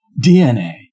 DNA